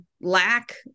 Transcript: lack